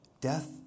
Death